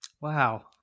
wow